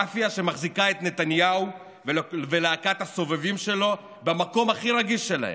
מאפיה שמחזיקה את נתניהו ולהקת הסובבים שלו במקום הכי רגיש שלהם,